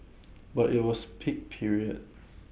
but IT was peak period